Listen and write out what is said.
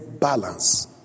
balance